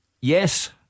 yes